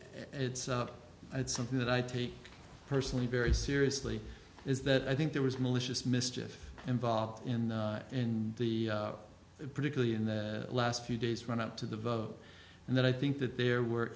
's something that i take personally very seriously is that i think there was malicious mischief involved in in the particularly in the last few days run up to the vote and then i think that there were